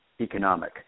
economic